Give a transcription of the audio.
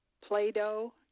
Play-Doh